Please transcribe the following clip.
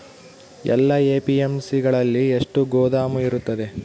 ಎಲ್ಲಾ ಎ.ಪಿ.ಎಮ್.ಸಿ ಗಳಲ್ಲಿ ಎಷ್ಟು ಗೋದಾಮು ಇರುತ್ತವೆ?